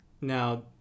Now